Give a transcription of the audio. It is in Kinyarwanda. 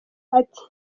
ati